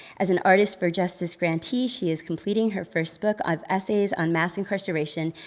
as an artists for justice grantee, she is completing her first book of essays on mass incarceration,